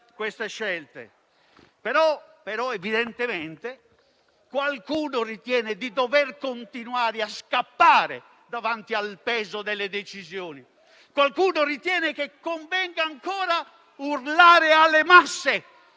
tali scelte. Evidentemente, però, qualcuno ritiene di dover continuare a scappare davanti al peso delle decisioni; qualcuno ritiene che convenga ancora urlare alle masse